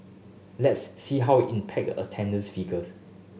let's see how impact attendance figures